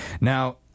now